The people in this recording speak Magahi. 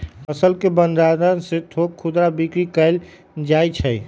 फसल के भण्डार से थोक खुदरा बिक्री कएल जाइ छइ